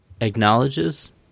acknowledges